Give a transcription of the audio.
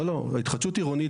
בהתחדשות עירונית,